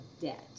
debt